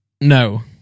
No